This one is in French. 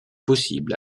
possible